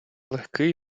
легкий